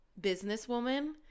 businesswoman